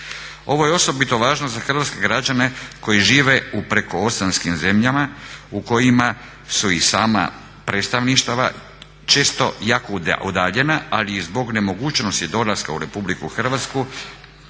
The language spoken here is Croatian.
Ovo je osobito važno za hrvatske građane koji žive u prekooceanskim zemljama u kojima su i sama predstavništva, često jako udaljena, ali zbog nemogućnost dolaska u Republiku Hrvatsku